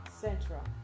Central